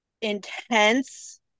intense